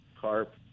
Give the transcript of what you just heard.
carp